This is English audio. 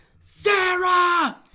Sarah